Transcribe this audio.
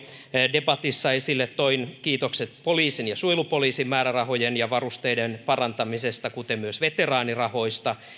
debatissa esille toin kiitokset poliisin ja suojelupoliisin määrärahojen ja varusteiden parantamisesta kuten myös veteraanirahoista